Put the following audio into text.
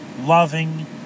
loving